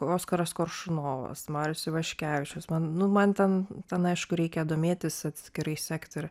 oskaras koršunovas marius ivaškevičius man nu man ten ten aišku reikia domėtis atskirai sekt ir